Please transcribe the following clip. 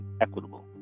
equitable